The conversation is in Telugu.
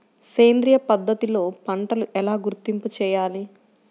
సేంద్రియ పద్ధతిలో పంటలు ఎలా గుర్తింపు చేయాలి?